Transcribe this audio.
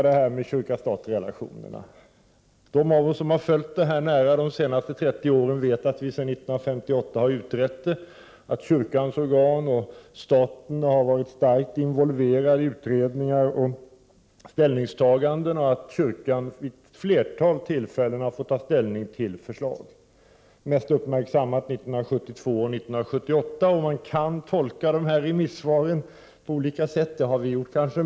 De kyrkan, m.m. av oss som följt frågan nära de senaste 30 åren vet att vi sedan 1958 har utrett frågan, att kyrkans organ och staten har varit starkt involverade i olika utredningar och ställningstaganden och att kyrkan vid ett flertal tillfällen har fått ta ställning till förslag, mest uppmärksammat 1972 och 1978. Man kan tolka remissvaren på olika sätt, och det har vi gjort.